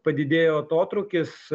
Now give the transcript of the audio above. padidėjo atotrūkis